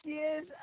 yes